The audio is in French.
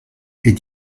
est